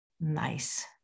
Nice